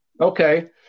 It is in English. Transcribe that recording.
Okay